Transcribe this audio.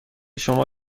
شما